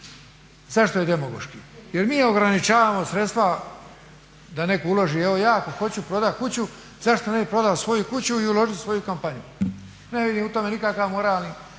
Zašto je demagoški? Jer mi ograničavamo sredstva da netko uloži. Evo ja ako hoću prodati kuću zašto ne bih prodao svoju kuću i uložio u svoju kampanju? Ne vidim u tome nikakav moralni